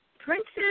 Princess